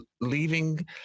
leaving